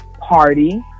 party